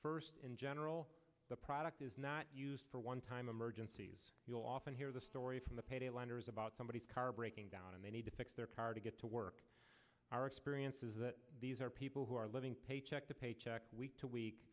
first in general the product is not used for one time emergencies you'll often hear the story from the payday lenders about somebody's car breaking down and they need to fix their car to get to work our experience is that these are people who are living paycheck to paycheck week to week